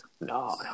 no